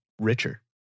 richer